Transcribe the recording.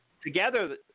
Together